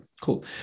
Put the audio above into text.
cool